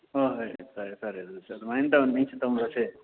ꯍꯣꯏ ꯍꯣꯏ ꯐꯔꯦ ꯐꯔꯦ ꯑꯗꯨꯗꯤ ꯑꯗꯨꯃꯥꯏꯅ ꯇꯧꯅꯔꯁꯦ